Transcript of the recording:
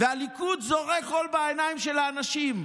והליכוד זורה חול בעיניים של האנשים,